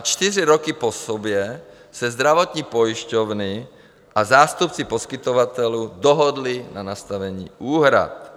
Čtyři roky po sobě se zdravotní pojišťovny a zástupci poskytovatelů dohodli na nastavení úhrad.